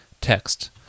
text